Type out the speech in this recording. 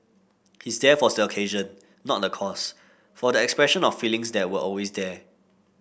his death was the occasion not the cause for the expression of feelings that were always there